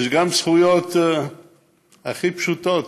יש גם זכויות הכי פשוטות,